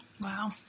Wow